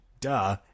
Duh